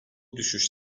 düşüş